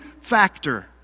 factor